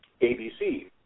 ABC